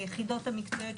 היחידות המקצועיות,